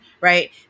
right